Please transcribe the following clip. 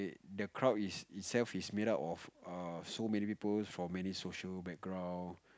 the crowd it itself is made out of err so many people from many social background